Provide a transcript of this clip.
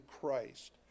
christ